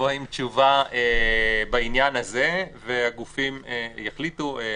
נבוא עם תשובה בעניין הזה, והגופים יחליטו.